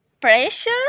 pressure